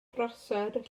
prosser